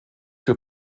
für